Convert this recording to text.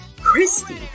Christy